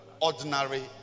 ordinary